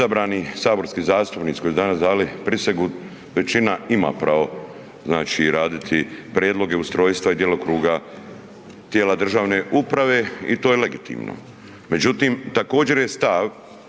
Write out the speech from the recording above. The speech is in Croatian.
izabrani saborski zastupnici koji su danas dali prisegu, većina ima pravo znači raditi prijedloge, ustrojstva i djelokruga tijela državne uprave i to je legitimno.